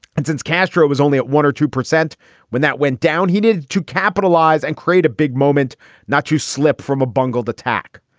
and since castro was only one or two percent when that went down, he needed to capitalize and create a big moment not to slip from a bungled attack.